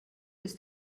ist